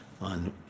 on